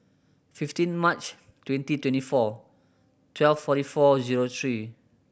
fifteen March twenty twenty four twelve forty four zero three